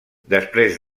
després